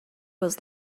was